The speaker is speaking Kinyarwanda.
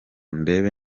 ndebe